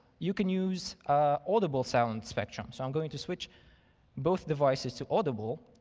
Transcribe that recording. you can use audible sound spectrum, so i'm going to switch both devices to audible.